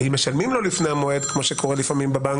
ואם משלמים לו לפני המועד, כמו שקורה לפעמים בבנק,